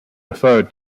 referred